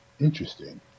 Interesting